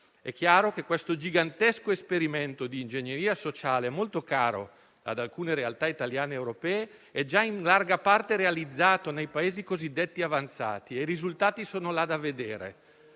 È chiaro che questo gigantesco esperimento di ingegneria sociale, molto caro ad alcune realtà italiane ed europee, è già in larga parte realizzato nei Paesi cosiddetti avanzati e i risultati sono là da vedere: